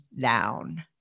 down